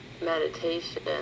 meditation